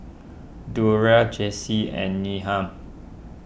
Durell Jaycee and Needham